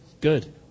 Good